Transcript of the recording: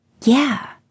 Yeah